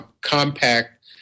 compact